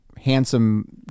Handsome